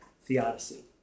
theodicy